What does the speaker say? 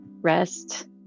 rest